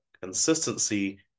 Consistency